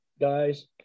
guys